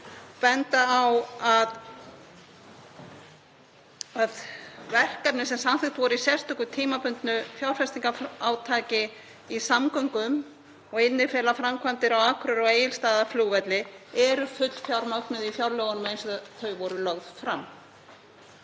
benda á að verkefnin sem samþykkt voru í sérstöku tímabundnu fjárfestingarátaki í samgöngum og innifela framkvæmdir á Akureyri og á Egilsstaðaflugvelli eru fullfjármögnuð í fjárlögum eins og þau voru lögð fram.